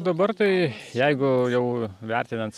dabar tai jeigu jau vertinanc